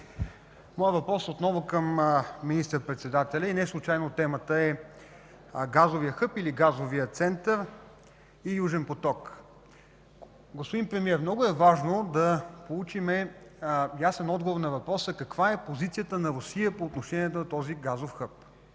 Моят въпрос е отново към министър-председателя и неслучайно темата е газовия хъб или газовия център и „Южен поток”. Господин премиер, много е важно да получим ясен отговор на въпроса каква е позицията на Русия по отношение на този газов хъб